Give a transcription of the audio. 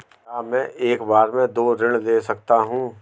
क्या मैं एक बार में दो ऋण ले सकता हूँ?